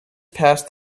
passed